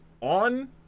on